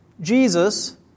Jesus